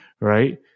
right